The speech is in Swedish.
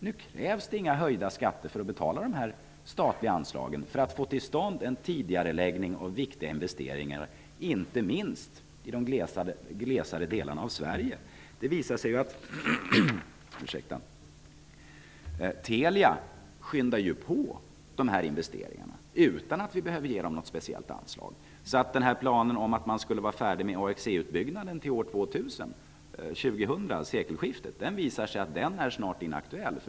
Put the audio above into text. Nu krävs det inga höjda skatter för att betala dessa statliga anslag i syfte att få till stånd en tidigareläggning av viktiga investeringar, inte minst i de glesare delarna av Sverige. Det visar sig att Telia skyndar på investeringarna utan att vi behöver ge något speciellt anslag. Planerna på att vara färdig med AXE-utbyggnaden till år 2 000 är snart inaktuella.